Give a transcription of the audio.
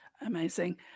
amazing